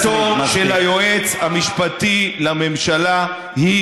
רק עמדתו של היועץ המשפטי לממשלה היא